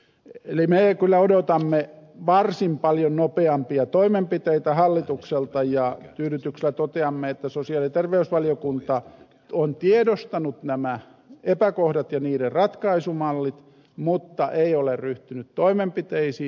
eli me kyllä odotamme varsin paljon nopeampia toimenpiteitä hallitukselta ja tyydytyksellä toteamme että sosiaali ja terveysvaliokunta on tiedostanut nämä epäkohdat ja niiden ratkaisumallit mutta ei ole ryhtynyt toimenpiteisiin